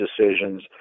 decisions